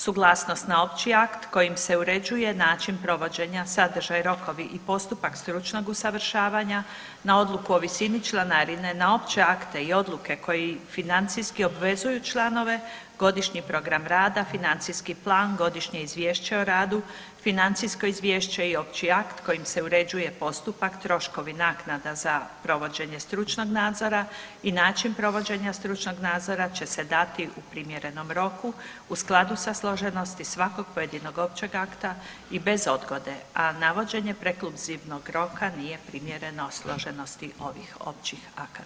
Suglasnost na opći akt kojim se uređuje način provođenja, sadržaj, rokovi i postupak stručnog usavršavanja, na odluku o visini članarine, na opće akte i odluke koji financijski obvezuju članove, godišnji program rada, financijski plan, godišnje izvješće o radu, financijsko izvješće i opći akt kojim se uređuje postupak, troškovi, naknada za provođenje stručnog nadzora i način provođenja stručnog nadzora će se dati u primjerenom roku u skladu sa složenosti svakog pojedinog općeg akta i bez odgode, a navođenje prekluzivnog roka nije primjereno složenosti ovih općih akata.